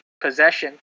possession